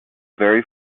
very